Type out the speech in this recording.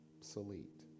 obsolete